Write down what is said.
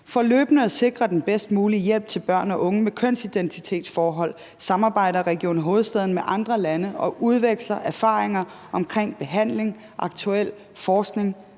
For løbende at sikre den bedst mulige hjælp til børn og unge med kønsidentitetsforhold samarbejder Region Hovedstaden med andre lande og udveksler erfaringer omkring behandling, aktuel forskning